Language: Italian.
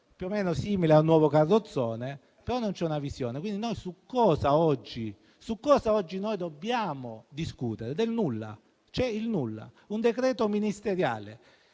più o meno simile a un nuovo carrozzone, però non c'è una visione. Quindi, noi oggi su cosa dobbiamo discutere? Del nulla. È il nulla. Un decreto ministeriale,